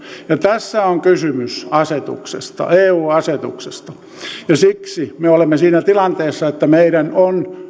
tässä on kysymys asetuksesta eu asetuksesta ja siksi me olemme siinä tilanteessa että meidän on